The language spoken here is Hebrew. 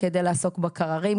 כדי לעסוק בקררים,